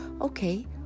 Okay